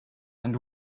and